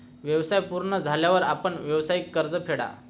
व्यवसाय पूर्ण झाल्यावर आपण व्यावसायिक कर्ज फेडा